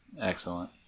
Excellent